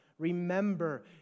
Remember